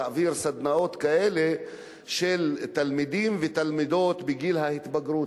להעביר סדנאות כאלה לתלמידים ותלמידות בגיל ההתבגרות,